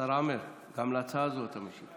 השר עמאר, גם להצעה הזאת אתה משיב.